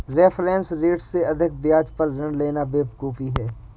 reference rate से अधिक ब्याज पर ऋण लेना बेवकूफी है